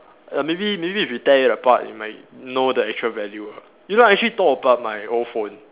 err maybe maybe if we tear it apart it might know the extra value ah you know I actually tore apart my old phone